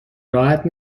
راحت